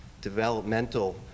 developmental